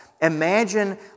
Imagine